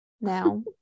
now